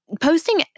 posting